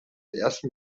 ersten